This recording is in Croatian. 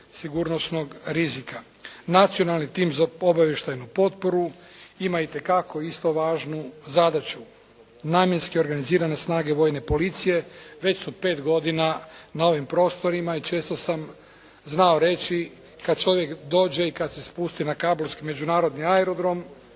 sigurnosnog rizika. Nacionalni tim za obavještajnu potporu ima itekako isto važnu zadaću. Namjenski organizirane snage vojne policije već su pet godina na ovim prostorima i često sam znao reći kada čovjek dođe i kada se spusti na Kabulski međunarodni aerodrom,